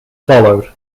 followed